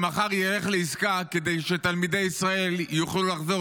שמחר ילך לעסקה כדי שתלמידי ישראל יוכלו לחזור